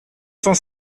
cent